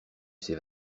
ses